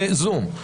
בזום.